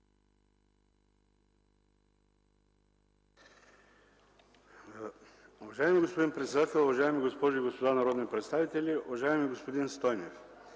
Уважаеми господин председател, уважаеми госпожи и господа народни представители! Уважаеми господин Стойнев,